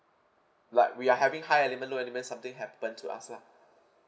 like we are having high element low element something happen to us lah